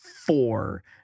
four